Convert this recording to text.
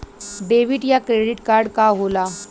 Debit या credit card का होला?